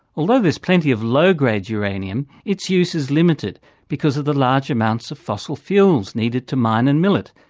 although there is plenty of low-grade uranium, its use is limited because of the large amounts of fossil fuels needed to mine and mill it,